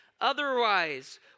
Otherwise